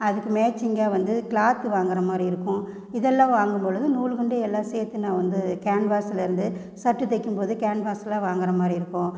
அதுக்கு மேச்சிங்காக வந்து க்ளாத் வாங்கறமாதிரி இருக்கும் இதெல்லாம் வாங்கும்பொழுது நூல்கண்டு எல்லாம் சேர்த்து நான் வந்து கேன்வாஸ்லருந்து சர்ட்டு தைக்கும்போது கேன்வாஸ்லாம் வாங்கறமாதிரி இருக்கும்